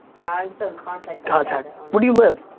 still in contact contact where do you live?